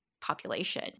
population